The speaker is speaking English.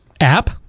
app